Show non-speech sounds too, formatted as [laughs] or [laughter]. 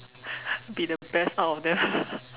be the best out of them [laughs]